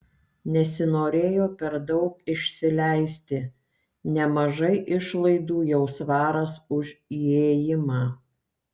nesinorėjo per daug išsileisti nemažai išlaidų jau svaras už įėjimą